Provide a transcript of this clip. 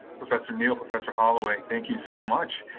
professor neal, professor holloway, thank you so much.